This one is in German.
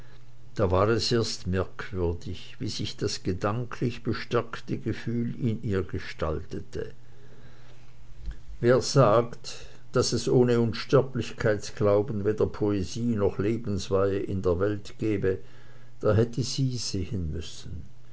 da war es erst merkwürdig wie sich das gedanklich bestärkte gefühl in ihr gestaltete wer sagt daß es ohne unsterblichkeitsglauben weder poesie noch lebensweihe in der welt gebe der hätte sie sehen müssen